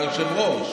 מהיושב-ראש.